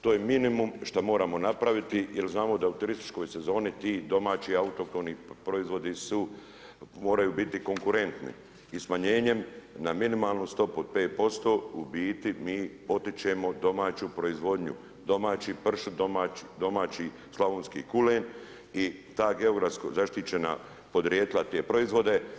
To je minimum što moramo napraviti jer znamo d u turističkoj sezoni ti domaći autohtoni proizvodi moraju biti konkurentni i smanjenjem na minimalnu stopu od 5% u biti mi potičemo domaću proizvodnju, domaći pršut, domaći slavonski kulen i ta geografska zaštićena podrijetla te proizvode.